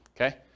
okay